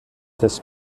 des